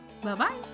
Bye-bye